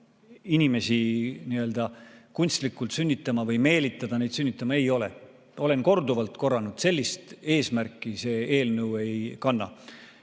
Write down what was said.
inimesi nii-öelda kunstlikult sünnitama või meelitada neid sünnitama – ei ole. Olen korduvalt korranud: sellist eesmärki see eelnõu ei kanna.